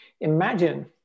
Imagine